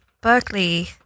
Berkeley